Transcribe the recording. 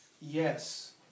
Yes